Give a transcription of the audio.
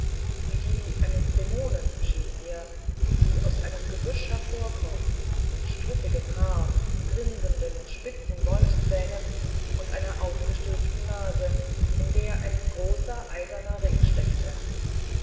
wie die eines dämonen schien ihr die aus einem gebüsch hervorkroch mit struppigem haar grinsenden spitzen wolfszähnen und einer aufgestülpten nase in der ein großer eiserner ring steckte